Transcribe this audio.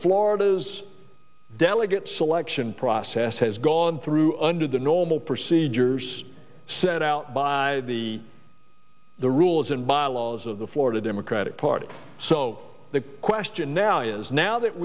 florida's delegates selection process has gone through under the normal procedures set out by the the rules and bylaws of the florida democratic party so the question now is now that